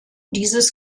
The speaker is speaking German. dieses